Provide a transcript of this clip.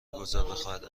بخواهد